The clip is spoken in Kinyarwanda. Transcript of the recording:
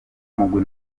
mugwi